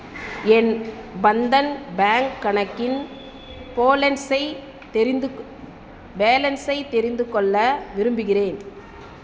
என் Bandhan bank கணக்கின் பேலன்ஸை தெரிந்துக்கொ பேலன்ஸை தெரிந்துகொள்ள விரும்புகிறேன்